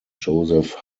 joseph